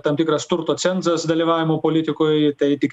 tam tikras turto cenzas dalyvavimo politikoj tai tik